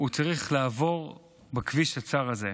צריך לעבור בכביש הצר הזה.